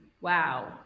wow